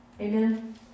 Amen